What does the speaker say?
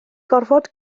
gorfod